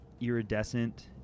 iridescent